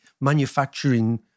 manufacturing